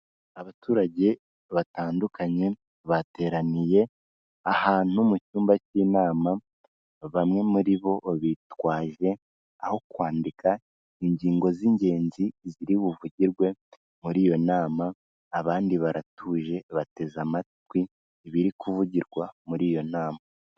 Abaturage batandukanye bateraniye ahantu mu cyumba cy'inama, bamwe muri bo bitwaje aho kwandika ingingo z'ingenzi ziri buvugirwe muri iyo nama, abandi baratuje bateze amatwi ibiri kuvugirwa muri iyo nama.